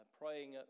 praying